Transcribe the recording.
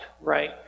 Right